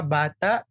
bata